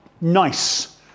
nice